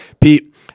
Pete